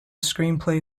screenplay